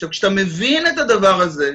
עכשיו, כשאתה מבין את הדבר הזה,